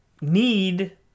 need